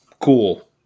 Cool